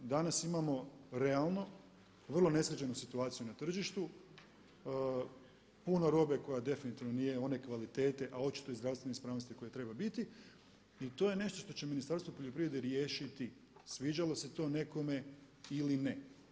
Danas imamo realno vrlo nesređenu situaciju na tržištu, puno robe koja definitivno one kvalitete, a očito i zdravstvene ispravnosti koje treba biti i to je nešto što će Ministarstvo poljoprivrede riješiti sviđalo se to nekome ili ne.